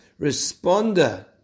responder